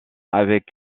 avec